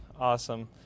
awesome